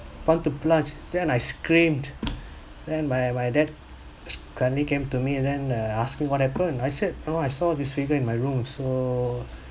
point to plush then I screamed and my my dad quickly came to me and and uh asked me what happened and I said oh I saw this figure in my room so